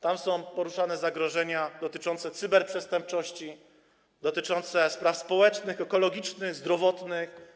Tam są poruszane zagrożenia dotyczące cyberprzestępczości, spraw społecznych, ekologicznych, zdrowotnych.